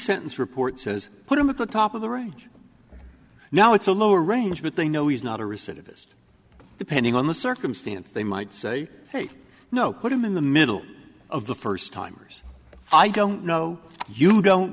sentence report says put him at the top of the range now it's a lower range but they know he's not a recidivist depending on the circumstance they might say no put him in the middle of the first timers i don't know you don't